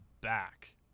back